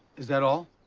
is that all?